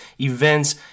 events